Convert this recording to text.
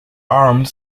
armed